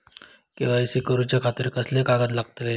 KYC करूच्या खातिर कसले कागद लागतले?